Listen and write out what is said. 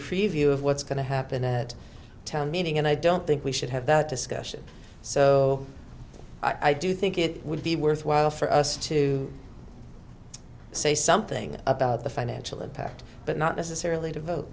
preview of what's going to happen at a town meeting and i don't think we should have that discussion so i do think it would be worthwhile for us to say something about the financial impact but not necessarily to vote